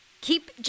Keep